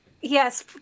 yes